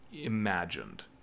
imagined